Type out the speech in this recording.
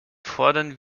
fordern